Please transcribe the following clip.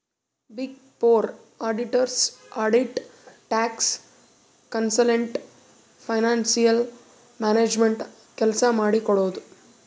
big four auditors audit, tax, consultant, financial management ಕೆಲ್ಸ ಮಾಡಿ ಕೊಡ್ತುದ್